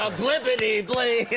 ah blibity blee